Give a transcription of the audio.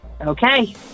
Okay